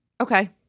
Okay